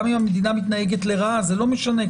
גם אם המדינה מתנהגת לרעה זה לא משנה,